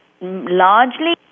largely